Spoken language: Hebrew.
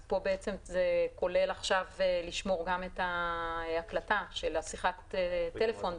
פה זה כולל לשמור גם את ההקלטה של שיחת הטלפון,